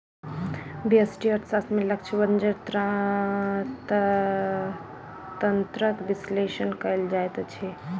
व्यष्टि अर्थशास्त्र में लक्ष्य बजार तंत्रक विश्लेषण कयल जाइत अछि